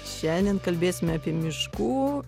šiandien kalbėsime apie miškų